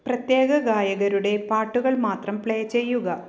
പ്രത്യേക ഗായകരുടെ പാട്ടുകൾ മാത്രം പ്ലേ ചെയ്യുക